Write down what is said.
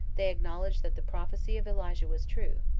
they acknowledged that the prophecy of elijah was true,